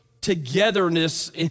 togetherness